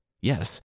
yes